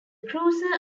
cruiser